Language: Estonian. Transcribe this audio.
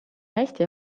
hästi